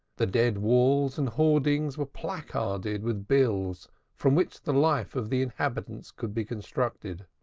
the dead walls and hoardings were placarded with bills from which the life of the inhabitants could be constructed.